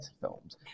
films